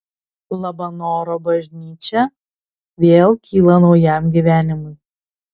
labanoro bažnyčia vėl kyla naujam gyvenimui